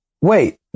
Wait